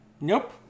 Nope